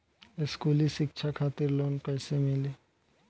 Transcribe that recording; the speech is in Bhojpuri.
स्कूली शिक्षा खातिर लोन कैसे मिली?